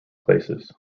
places